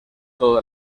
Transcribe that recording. todo